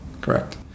correct